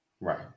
Right